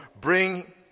bring